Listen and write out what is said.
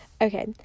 Okay